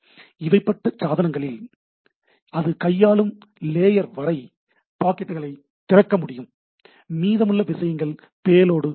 இடைப்பட்ட சாதனங்களில் அது கையாளும் லேயர் வரை பாக்கெட்டுகளை திறக்க முடியும் மீதமுள்ள விஷயங்கள் பேலோடு ஆகும்